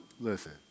listen